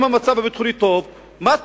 אם המצב הביטחוני טוב, מה טוב.